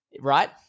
Right